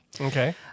Okay